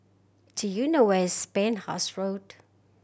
do you know where is Penhas Road